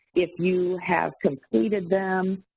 if you have completed them,